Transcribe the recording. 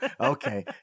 okay